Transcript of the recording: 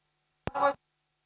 arvoisa